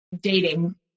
dating